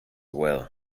well